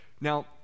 Now